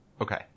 Okay